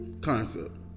concept